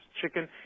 chicken